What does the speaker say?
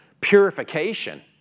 purification